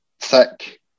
thick